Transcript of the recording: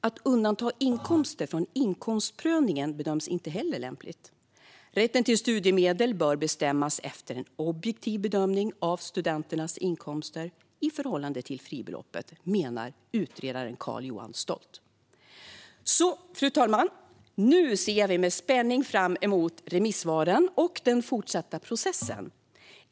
Att undanta inkomster från inkomstprövningen bedöms inte heller lämpligt. Rätten till studiemedel bör bestämmas efter en objektiv bedömning av studenternas inkomster i förhållande till fribeloppet, menar utredaren Carl-Johan Stolt. Fru talman! Nu ser vi med spänning fram emot remissvaren och den fortsatta processen.